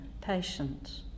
patient